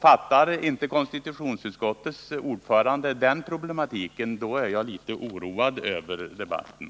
Fattar inte konstitutionsutskottets ordförande den problematiken, är jag litet oroad över debatten.